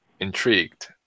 intrigued